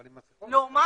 אבל עם מסכות